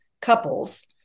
couples